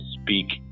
speak